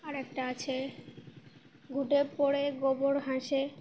আর একটা আছে ঘুঁটে পোড়ে গোবর হাসে